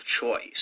choice